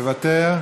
מוותר.